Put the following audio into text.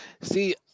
See